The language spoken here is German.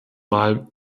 mal